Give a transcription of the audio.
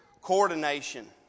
coordination